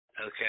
okay